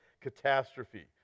catastrophe